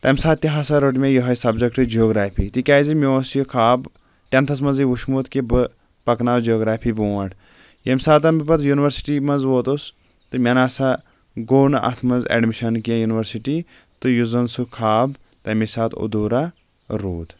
تمہِ ساتہٕ تہِ ہسا رٔٹ مےٚ یِہَے سبجیگٹ جیوٗگرافی تِکیازِ مےٚ اوُس یہِ خاب ٹینتھس منٛزٕے وٕچھمُت بہٕ پکناو جیوٗگرافی برونٹھ ییٚمہِ ساتَن بہٕ پتہٕ ینورسٹی منٛز ووتُس تہٕ مےٚ نسا گو نہٕ اتھ منٛز اٮ۪ڈمِشن کیٚنٛہہ یُنورسٹی تہِ یُس زَن سہُ خاب تمی ساتہٕ اَدھوٗرا روٗد